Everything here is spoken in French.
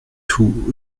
tout